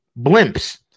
blimps